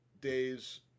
days